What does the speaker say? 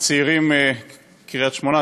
הצעירים מקריית-שמונה,